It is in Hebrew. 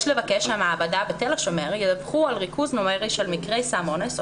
יש לבקש שהמעבדה בתל השומר ידווחו על ריכוז נומרי של מקרי סם אונס,